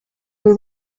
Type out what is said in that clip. who